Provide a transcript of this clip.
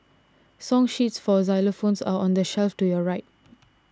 song sheets for xylophones are on the shelf to your right